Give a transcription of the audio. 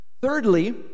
Thirdly